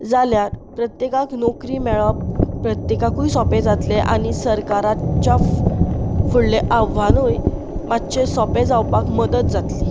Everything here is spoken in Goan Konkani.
जाल्यार प्रत्येकाक नोकरी मेळप प्रत्येकाकूय सोंपें जातलें आनी सरकाराच्या फुडलें आव्हानूय मातशें सोंपें जावपाक मदत जातली